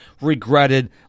regretted